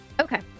Okay